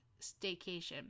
staycation